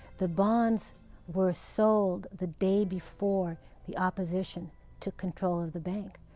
the bonds were sold the day before the opposition took control of the bank.